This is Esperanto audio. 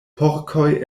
porkoj